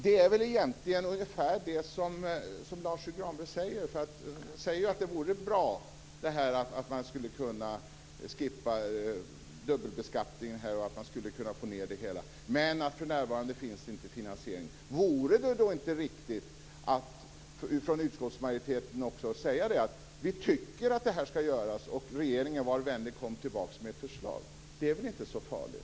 Detta är väl ungefär vad Lars U Granberg säger. Han säger att det vore bra att avskaffa dubbelbeskattningen men att det för närvarande inte finns någon finansiering av detta. Vore det då inte riktigt att också utskottsmajoriteten sade att man tycker att det här skall göras och att regeringen bör vara vänlig och komma tillbaka med ett förslag? Det är väl inte så farligt.